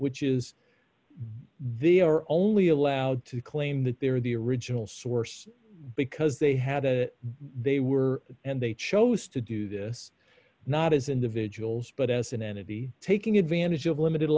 which is they are only allowed to claim that they were the original source because they had it they were and they chose to do this not as individuals but as an entity taking advantage of limited